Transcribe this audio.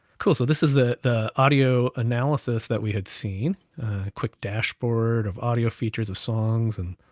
cool, so this is the audio analysis that we had seen quick dashboard of audio features of songs, and